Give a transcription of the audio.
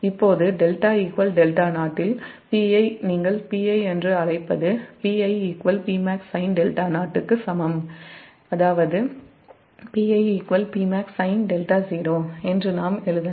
இப்போது 𝜹 𝜹𝟎 இல் நீங்கள் Pi என்று அழைப்பது Pi Pmaxsin𝜹𝟎 க்கு சமம் அதாவது Pi Pmaxsin𝜹𝟎 என்று நாம் எழுதலாம்